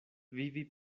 vivi